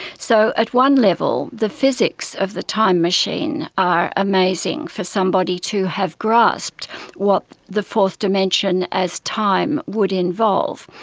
so at one level the physics of the time machine are amazing for somebody to have grasped what the fourth dimension as time would involve.